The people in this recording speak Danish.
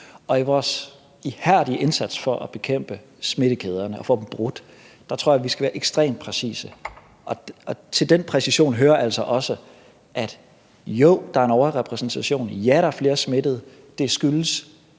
Og i vores ihærdige indsats for at bekæmpe smittekæderne og få dem brudt tror jeg at vi skal være ekstremt præcise, og til den præcision hører altså også, at jo, der er en overrepræsentation, og ja, der er flere smittede, og det skyldes